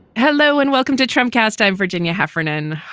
hello and welcome to tramcars time, virginia heffernan.